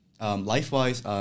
Life-wise